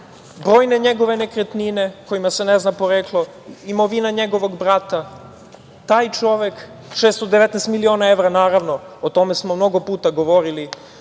brojne njegove nekretnine kojima se ne zna poreklo, imovina njegovog brata, 619 miliona evra. O tome smo mnogo puta govorili